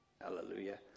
Hallelujah